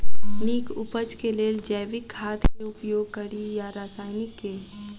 नीक उपज केँ लेल जैविक खाद केँ उपयोग कड़ी या रासायनिक केँ?